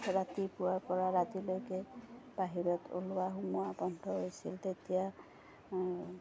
ৰাতিপুৱাৰপৰা ৰাতিলৈকে বাহিৰত ওলোৱা সোমোৱা বন্ধ হৈছিল তেতিয়া